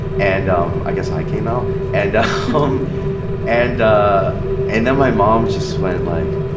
and um i guess i came out and ah um and ah and then my mom just went like,